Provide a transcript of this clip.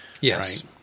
Yes